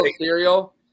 cereal